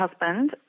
husband